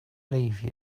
leave